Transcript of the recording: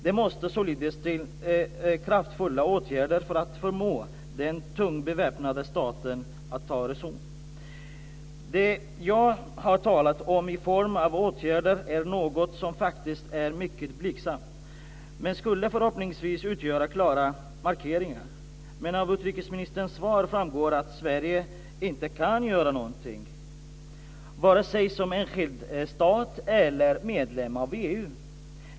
Det måste således till kraftfulla åtgärder för att förmå den tungt beväpnade staten att ta reson. Det jag har talat om i form av åtgärder är något som är mycket blygsamt, men skulle förhoppningsvis utgöra klara markeringar. Men av utrikesministerns svar framgår att Sverige inte kan göra någonting, vare sig som enskild stat eller som medlem i EU.